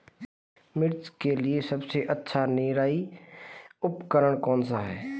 मिर्च के लिए सबसे अच्छा निराई उपकरण कौनसा है?